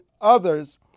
others